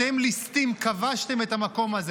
אתם לסטים, כבשתם את המקום הזה.